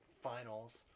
finals